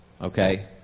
Okay